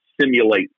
simulate